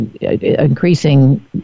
increasing